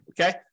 Okay